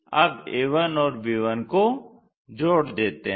अब a1 और b1 को जोड़ देते हैं